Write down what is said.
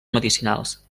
medicinals